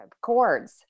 cords